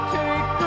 take